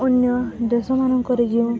ଅନ୍ୟ ଦେଶମାନଙ୍କରେ ଯେଉଁ